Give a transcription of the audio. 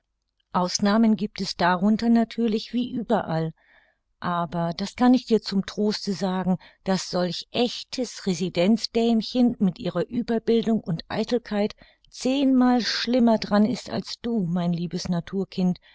ausnahmen giebt es darunter natürlich wie überall aber das kann ich dir zum troste sagen daß solch echtes residenzdämchen mit ihrer ueberbildung und eitelkeit zehnmal schlimmer dran ist als du mein liebes naturkind